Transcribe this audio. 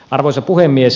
arvoisa puhemies